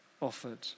offered